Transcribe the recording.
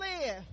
live